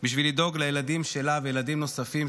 בשביל לדאוג לילדים שלה ולילדים נוספים,